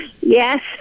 Yes